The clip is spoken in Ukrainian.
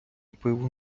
пиво